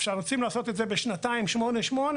רוצים לעשות את זה בשנתיים ולחלק ל-8 ו-8?